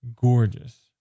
gorgeous